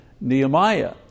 Nehemiah